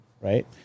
right